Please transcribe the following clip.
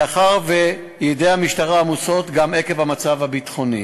מאחר שידי המשטרה עמוסות גם עקב המצב הביטחוני.